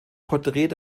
porträt